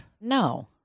No